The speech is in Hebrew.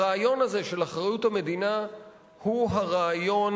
הרעיון הזה של אחריות המדינה הוא הרעיון